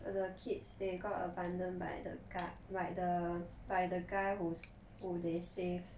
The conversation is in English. the the kids they got abandoned by the guard by the by the guy who's who they save